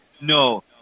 No